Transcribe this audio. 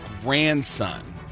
grandson